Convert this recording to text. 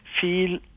feel